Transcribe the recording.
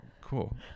Cool